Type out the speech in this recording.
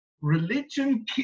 Religion